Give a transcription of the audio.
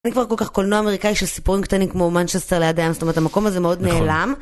אין כבר כל כך קולנוע אמריקאי של סיפורים קטנים כמו "מנצ'סטר ליד הים", זאת אומרת, המקום הזה מאוד נעלם.